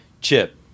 Chip